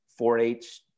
4H